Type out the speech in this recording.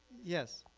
yes